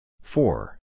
Four